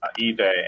ebay